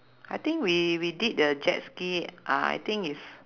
I think we we did the jet ski uh I think is